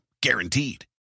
Guaranteed